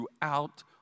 throughout